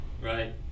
right